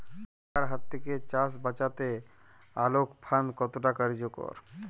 পোকার হাত থেকে চাষ বাচাতে আলোক ফাঁদ কতটা কার্যকর?